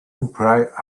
bright